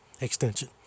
extension